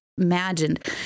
imagined